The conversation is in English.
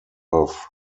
off